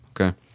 Okay